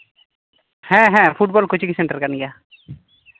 ᱦᱮᱸ ᱦᱮᱸ football coaching centre ᱠᱟᱱ ᱜᱮᱭᱟ